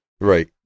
Right